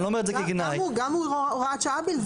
אני לא אומר את זה כגנאי --- גם הוא הוראת שעה בלבד,